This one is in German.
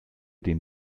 den